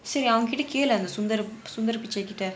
சரி அவன் கிட்ட கேளு அந்த:sari avan kita kelu sundar sundar pichai கிட்ட:kita